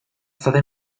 stata